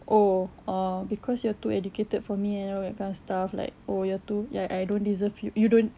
oh or because you are too educated for me and all that kind of stuff like oh you're too ya I don't deserve you you don't